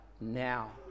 now